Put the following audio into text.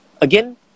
again